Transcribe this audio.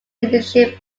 leadership